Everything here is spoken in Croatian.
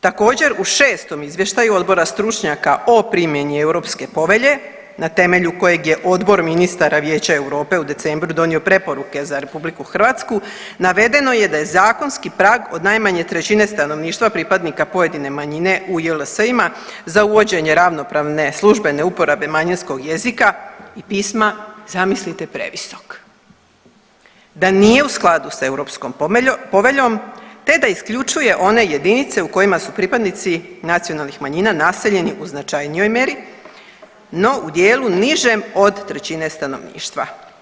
Također u 6 izvještaju odbora stručnjaka o primjeni Europske povelje na temelju kojeg je odbor ministara Vijeća Europe u decembru donio preporuke za RH navedeno je da je zakonski prag od najmanje trećine stanovništva pripadnika pojedine manjine u JLS-ima za uvođenje ravnopravne službene uporabe manjinskog jezika i pisma zamislite previsok, da nije u skladu sa Europskom poveljom te da isključuje one jedinice u kojima su pripadnici nacionalnih manjina naseljeni u značajnijoj mjeri, no u dijelu nižem od trećine stanovništva.